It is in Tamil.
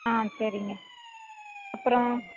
ஆ சரிங்க அப்புறம்